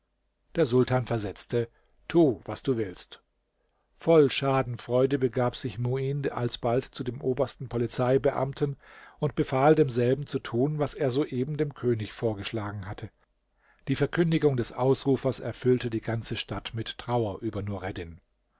der sultan versetzte tu was du willst voll schadenfreude begab sich muin alsbald zu dem obersten polizeibeamten und befahl demselben zu tun was er soeben dem könig vorgeschlagen hatte die verkündigung des ausrufers erfüllte die ganze stadt mit trauer über